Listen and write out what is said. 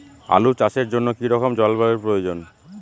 আলু চাষের জন্য কি রকম জলবায়ুর প্রয়োজন?